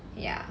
ya